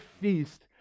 feast